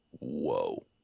whoa